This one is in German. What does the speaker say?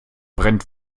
brennt